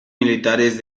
militares